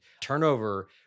turnover